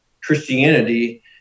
Christianity